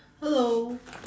hello